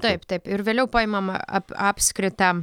taip taip ir vėliau paimam ap apskritą